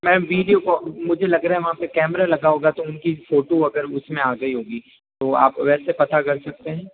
ma'am video को मुझे लग रहा है वहां पे कैमरा लगा होगा तो उनकी फ़ोटो अगर उस में आ गई होगी तो आप वैसे पता कर सकते हैं